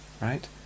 right